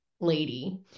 lady